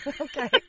Okay